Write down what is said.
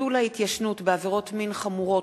ביטול ההתיישנות בעבירות מין חמורות),